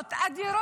יכולות אדירות,